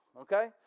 okay